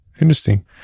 Interesting